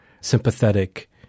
sympathetic